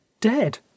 Dead